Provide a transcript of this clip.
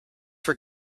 were